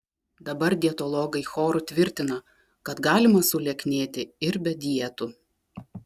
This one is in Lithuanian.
dabar dietologai choru tvirtina kad galima sulieknėti ir be dietų